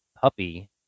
puppy